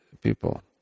people